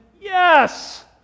Yes